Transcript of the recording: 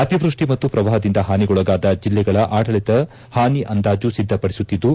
ಅತಿವೃಷ್ಠಿ ಮತ್ತು ಶ್ರವಾಹದಿಂದ ಹಾನಿಗೊಳಗಾದ ಜಿಲ್ಲೆಗಳ ಆಡಳತ ಹಾನಿ ಅಂದಾಜು ಒದ್ದಪಡಿಸುತ್ತಿದ್ದು